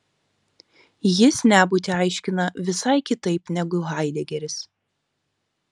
jis nebūtį aiškina visai kitaip negu haidegeris